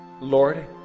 Lord